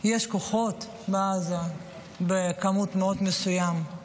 יש כוחות בעזה בכמות מאוד מסוימת,